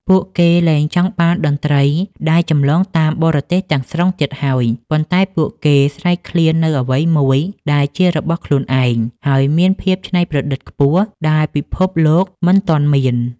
ពួកគេលែងចង់បានតន្ត្រីដែលចម្លងតាមបរទេសទាំងស្រុងទៀតហើយ ប៉ុន្តែពួកគេស្រេកឃ្លាននូវអ្វីមួយដែលជារបស់ខ្លួនឯង ហើយមានភាពច្នៃប្រឌិតខ្ពស់ដែលពិភពលោកមិនទាន់មាន។